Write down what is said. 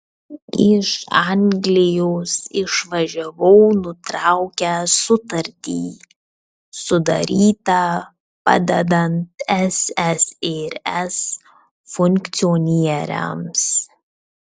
iš anglijos išvažiavau nutraukęs sutartį sudarytą padedant ssrs funkcionieriams